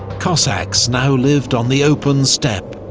cossacks now lived on the open steppe,